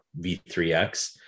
V3X